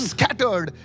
scattered